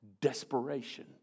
desperation